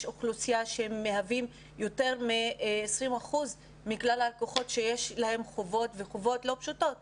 אוכלוסייה שמהווה יותר מ-20% שיש לה חובות לא פשוטים